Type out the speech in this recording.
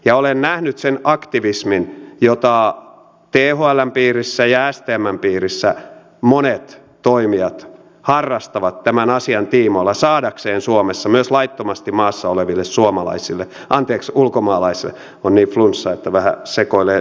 ja olen nähnyt sen aktivismin jota thln piirissä ja stmn piirissä monet toimijat harrastavat tämän asian tiimoilla saadakseen suomessa myös laittomasti maassa oleville suomalaisille anteeksi ulkomaalaisille on niin flunssa että vähän sekoilee